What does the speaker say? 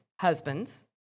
husbands